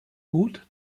gut